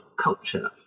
culture